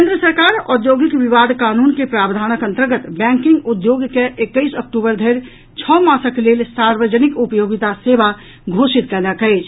केन्द्र सरकार औद्योगिक विवाद कानून के प्रावधानक अन्तर्गत बैंकिंग उद्योग के एकैस अक्टूबर धरि छओ मासक लेल सार्वजनिक उपयोगिता सेवा घोषित कयलक अछि